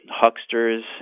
hucksters